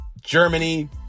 Germany